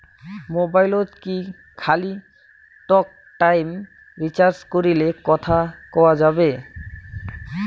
মোবাইলত কি খালি টকটাইম রিচার্জ করিলে কথা কয়া যাবে?